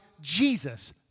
Jesus